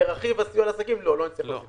לרכיב הסיוע לעסקים לא נצטרך להוסיף כסף.